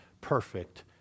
perfect